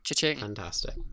fantastic